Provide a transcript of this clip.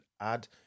add